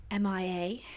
MIA